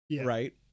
right